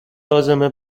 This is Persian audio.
لازمه